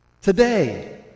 Today